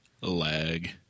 lag